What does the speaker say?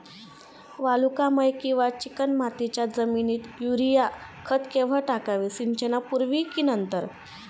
वालुकामय किंवा चिकणमातीच्या जमिनीत युरिया खत केव्हा टाकावे, सिंचनापूर्वी की नंतर?